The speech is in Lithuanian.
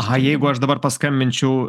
aha jeigu aš dabar paskambinčiau